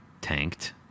tanked